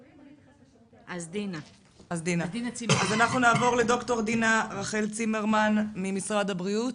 אנחנו נעבור לד"ר דינה רחל צימרמן, ממשרד הבריאות.